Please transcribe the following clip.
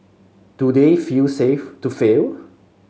do they feel safe to fail